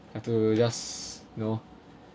have to just know